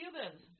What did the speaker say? Cubans